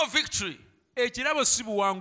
victory